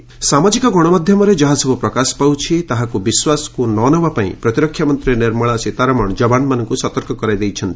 ସୀତାରମଣ ଯବାନ ସାମାଜିକ ଗଣମାଧ୍ୟମରେ ଯାହାସବୁ ପ୍ରକାଶ ପାଉଛି ତାହାକୁ ବିଶ୍ୱାସକୁ ନ ନେବା ପାଇଁ ପ୍ରତିରକ୍ଷାମନ୍ତ୍ରୀ ନିର୍ମଳା ସୀତାରମଣ ଯବାନମାନଙ୍କୁ ସତର୍କ କରାଇ ଦେଇଛନ୍ତି